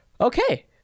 okay